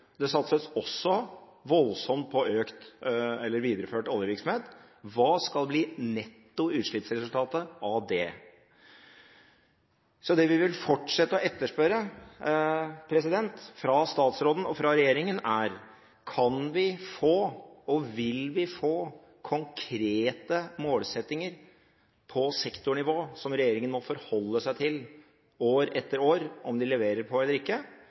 Det satses også voldsomt på videreført oljevirksomhet. Hva skal bli netto utslippsresultatet av det? Det vi vil fortsette å etterspørre fra statsråden og fra regjeringen, er: Kan vi få og vil vi få konkrete målsettinger på sektornivå som regjeringen må forholde seg til år etter år om de leverer på eller ikke,